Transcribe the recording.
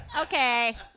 Okay